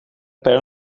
pijl